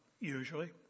usually